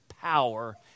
power